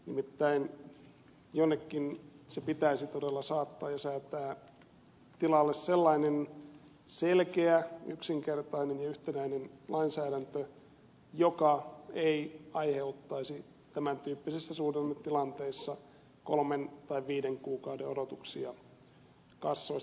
nimittäin jonnekin se pitäisi todella saattaa ja säätää tilalle sellainen selkeä yksinkertainen ja yhtenäinen lainsäädäntö joka ei aiheuttaisi tämän tyyppisissä suhdannetilanteissa kolmen tai viiden kuukauden odotuksia kassoissa